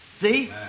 See